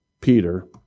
Peter